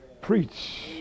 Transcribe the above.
preach